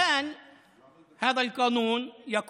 עכשיו החוק הזה אומר